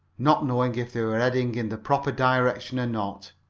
not knowing if they were heading in the proper direction or not.